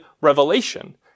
revelation